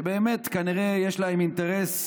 שבאמת כנראה יש להם אינטרס: